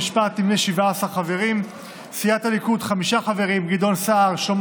דווקא בתקופה הזאת ודווקא בממשלה כזאת בסדרי גודל שלא